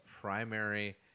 primary